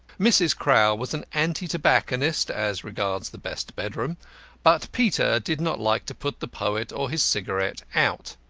mrs. crowl was an anti-tobacconist as regards the best bedroom but peter did not like to put the poet or his cigarette out.